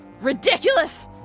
Ridiculous